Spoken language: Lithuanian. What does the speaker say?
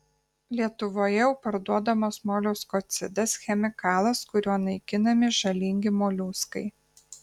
lietuvoje jau parduodamas moliuskocidas chemikalas kuriuo naikinami žalingi moliuskai